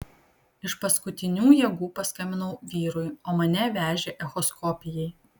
iš paskutinių jėgų paskambinau vyrui o mane vežė echoskopijai